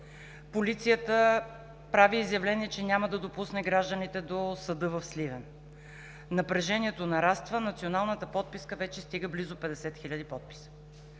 Полицията прави изявление, че няма да допусне гражданите до съда в Сливен. Напрежението нараства, националната подписка вече стига близо 50 хиляди подписа.